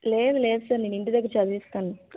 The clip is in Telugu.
లేదు లేదు సార్ నేను ఇంటి దగ్గర చదివిస్తాను